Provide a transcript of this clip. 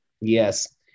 Yes